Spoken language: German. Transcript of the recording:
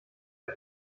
der